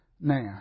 now